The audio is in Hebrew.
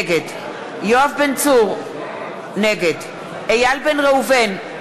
נגד יואב בן צור, נגד איל בן ראובן,